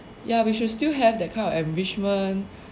ya we should still have that kind of enrichment